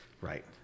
Right